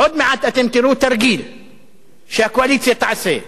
עוד מעט אתם תראו תרגיל שהקואליציה תעשה,